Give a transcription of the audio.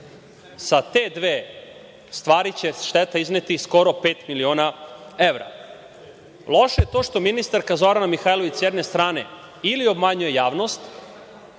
Sa te dve stvari će šteta iznositi skoro pet miliona evra. Loše je to što ministarka Zorana Mihajlović, sa jedne strane, ili obmanjuje javnost,